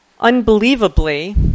Unbelievably